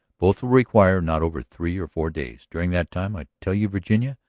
both will require not over three or four days. during that time. i tell you, virginia,